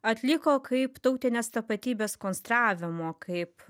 atliko kaip tautinės tapatybės konstravimo kaip